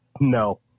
No